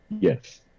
Yes